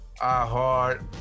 iHeart